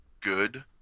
good